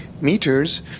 meters